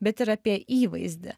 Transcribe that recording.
bet ir apie įvaizdį